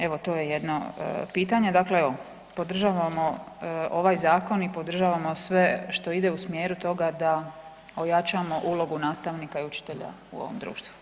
Evo to je jedno pitanje, dakle evo, podržavamo ovaj Zakon i podržavamo sve što ide u smjeru toga da ojačamo ulogu nastavnika i učitelja u ovom društvu.